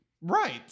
Right